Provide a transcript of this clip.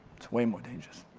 it's way more dangerous.